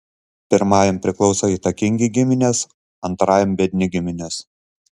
pirmajam priklauso įtakingi giminės antrajam biedni giminės